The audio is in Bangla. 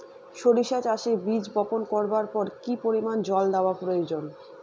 সরিষা চাষে বীজ বপন করবার পর কি পরিমাণ জল দেওয়া প্রয়োজন?